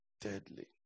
deadly